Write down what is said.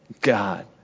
God